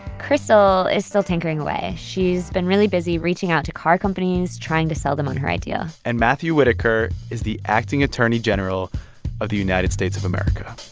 crystal is still tinkering away. she's been really busy reaching out to car companies, trying to sell them on her idea and matthew whitaker is the acting attorney general of the united states of america